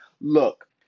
look